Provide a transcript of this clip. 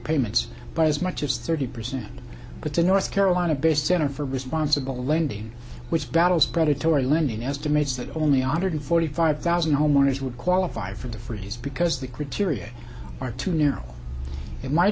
payments by as much as thirty percent but the north carolina based center for responsible lending which battles predatory lending estimates that only honored forty five thousand homeowners would qualify for the freeze because the crew to react are too narrow and might